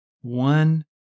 One